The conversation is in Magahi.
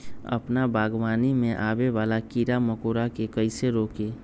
अपना बागवानी में आबे वाला किरा मकोरा के कईसे रोकी?